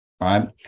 Right